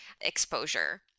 exposure